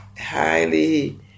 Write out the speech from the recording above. highly